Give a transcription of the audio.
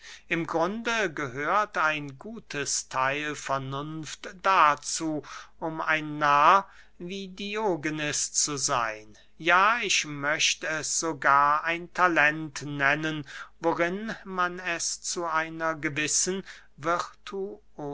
im grunde gehört ein gutes theil vernunft dazu um ein narr wie diogenes zu seyn ja ich möcht es sogar ein talent nennen worin man es zu einer gewissen